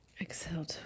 Exhale